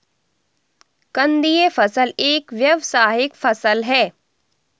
कंदीय फसल एक व्यावसायिक फसल है